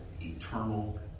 eternal